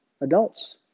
adults